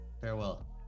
Farewell